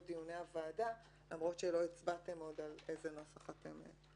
דיוני הוועדה למרות שלא הצבעתם עדיין איזה נוסח אתם רוצים.